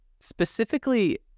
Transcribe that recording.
Specifically